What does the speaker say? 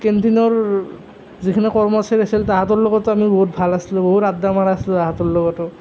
কেণ্টিনৰ যিখিনি কৰ্মচাৰী আছিল তহাঁতৰ লগতো বহুত ভাল আছিলোঁ বহুত আদ্দা মৰা আছিলোঁ তাহাঁতৰ লগতো